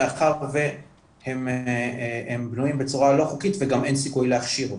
מאחר והם בנויים בצורה לא חוקית וגם אין סיכוי להכשיר אותם.